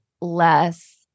less